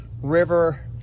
river